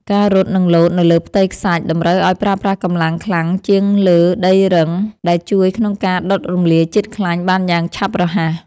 ការរត់ និងលោតនៅលើផ្ទៃខ្សាច់តម្រូវឱ្យប្រើប្រាស់កម្លាំងខ្លាំងជាងលើដីរឹង ដែលជួយក្នុងការដុតរំលាយជាតិខ្លាញ់បានយ៉ាងឆាប់រហ័ស។